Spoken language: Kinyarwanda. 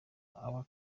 aba